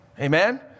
Amen